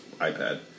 iPad